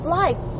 life